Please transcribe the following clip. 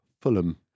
Fulham